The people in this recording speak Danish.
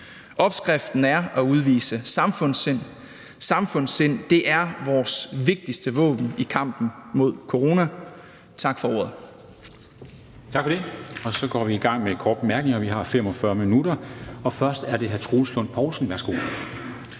Opskriften er at udvise samfundssind. Samfundssind er vores vigtigste våben i kampen mod corona. Tak for ordet.